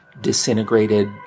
disintegrated